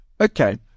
Okay